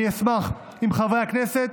אני אשמח אם חברי הכנסת